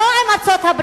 לא עם ארצות-הברית,